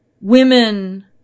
women